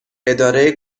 اداره